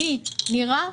אני נירה,